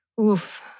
Oof